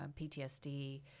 PTSD